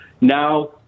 Now